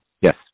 Yes